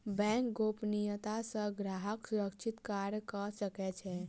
bank गोपनियता सॅ ग्राहक सुरक्षित कार्य कअ सकै छै